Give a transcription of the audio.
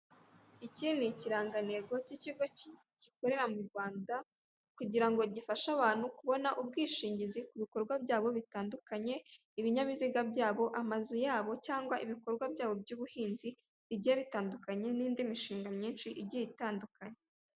Iki ni ikirangantego cy'ikigo gikorera mu Rwanda, kugira ngo gifashe abantu kubona ubwishingizi ku bikorwa byabo bitandukanye, ibinyabiziga byabo, amazu yabo cyangwa ibikorwa byabo by'ubuhinzi bigiye bitandukanye n'indi mishinga myinshi igiye itandukanye.